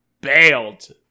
bailed